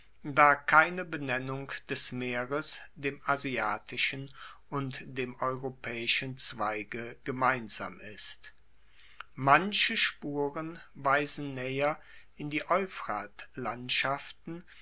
da keine benennung des meeres dem asiatischen und dem europaeischen zweige gemeinsam ist manche spuren weisen naeher in die